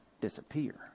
disappear